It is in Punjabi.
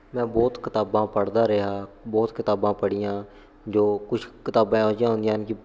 ਮੈਂ ਬਹੁਤ ਕਿਤਾਬਾਂ ਪੜ੍ਹਦਾ ਰਿਹਾ ਬਹੁਤ ਕਿਤਾਬਾਂ ਪੜ੍ਹੀਆਂ ਜੋ ਕੁਝ ਕਿਤਾਬਾਂ ਇਹੋ ਜਿਹੀਆਂ ਹੁੰਦੀਆਂ ਹਨ ਕਿ